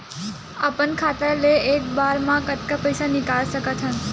अपन खाता ले एक बार मा कतका पईसा निकाल सकत हन?